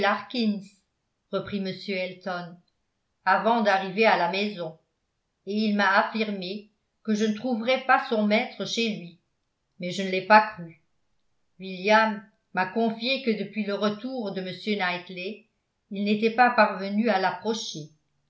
reprit m elton avant d'arriver à la maison et il m'a affirmé que je ne trouverais pas son maître chez lui mais je ne l'ai pas cru william m'a confié que depuis le retour de m knightley il n'était pas parvenu à